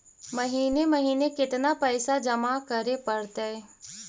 महिने महिने केतना पैसा जमा करे पड़तै?